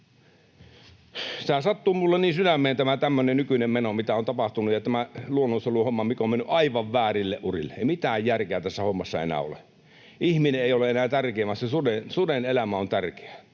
Tämä sattuu minulla niin sydämeen tämä tämmöinen nykyinen meno, mitä on tapahtunut, ja tämä luonnonsuojeluhomma, mikä on mennyt aivan väärille urille. Ei mitään järkeä tässä hommassa enää ole. Ihminen ei ole enää tärkeä, vaan se suden elämä on tärkeä.